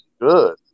good